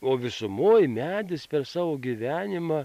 o visumoj medis per savo gyvenimą